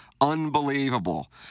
Unbelievable